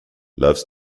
loves